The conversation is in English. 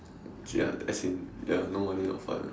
ya actually ya no money not fun ah